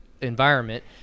environment